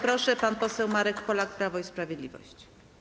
Proszę, pan poseł Marek Polak, Prawo i Sprawiedliwość.